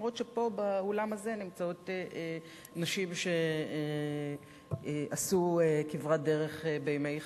גם אם פה באולם הזה נמצאות נשים שעשו כברת דרך בימי חייהן,